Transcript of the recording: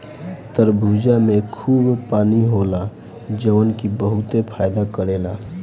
तरबूजा में खूब पानी होला जवन की बहुते फायदा करेला